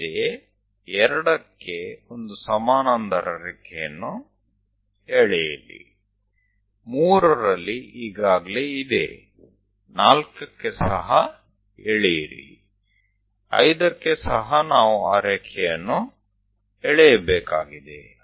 ಅಂತೆಯೇ 2 ಕ್ಕೆ ಒಂದು ಸಮಾನಾಂತರ ರೇಖೆಯನ್ನು ಎಳೆಯಿರಿ 3 ರಲ್ಲಿ ಈಗಾಗಲೇ ಇದೆ 4 ಕ್ಕೆ ಸಹ ಎಳೆಯಿರಿ 5 ಕ್ಕೆ ಸಹ ನಾವು ಆ ರೇಖೆಯನ್ನು ಎಳೆಯಬೇಕಾಗಿದೆ